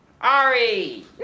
Ari